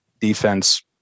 defense